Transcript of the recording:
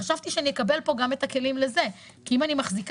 חשבתי שאני אקבל פה גם את הכלים לזה כי אם אני מחזיקה